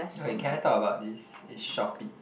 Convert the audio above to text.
okay can I talk about this it's Shopee